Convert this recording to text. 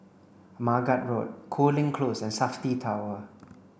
Margate Road Cooling Close and SAFTI Tower